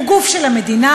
הוא גוף של המדינה,